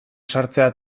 sartzea